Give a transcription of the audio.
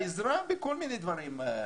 העזרה בכל מיני דברים,